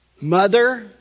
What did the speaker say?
mother